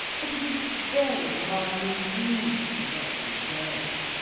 but it is very hard indeed to let you go.